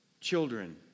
Children